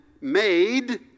made